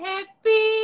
Happy